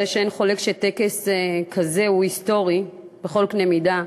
הרי אין חולק שטקס כזה הוא היסטורי בכל קנה מידה.